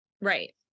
Right